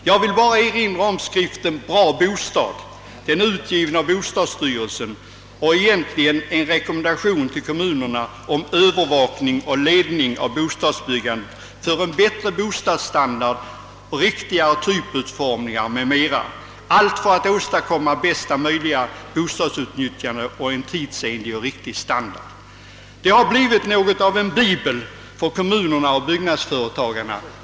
Jag vill i detta sammanhang erinra om skriften »Bra bostad» som utgivits av bostadsstyrelsen och som egentligen är en rekommendation till kommunerna om övervakning och ledning av bostadsbyggandet i syfte att åstadkomma en bättre bostadsstandard, riktigare typutformningar m.m., med andra ord att skapa bästa möjliga bostadsutnyttjande och en tidsenlig och riktig standard. Denna skrift har blivit något av en bibel för kommunerna och byggnadsföretagarna.